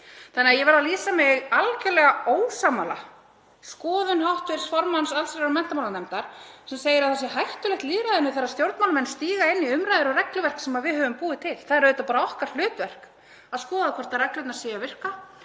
Þannig að ég verð að lýsa mig algerlega ósammála skoðun hv. formanns allsherjar- og menntamálanefndar sem segir að það sé hættulegt lýðræðinu þegar stjórnmálamenn stíga inn í umræður og regluverk sem við höfum búið til. Það er auðvitað bara okkar hlutverk að skoða hvort reglurnar séu að virka